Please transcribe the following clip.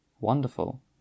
Wonderful